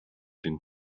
den